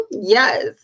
yes